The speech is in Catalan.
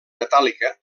metàl·lica